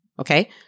Okay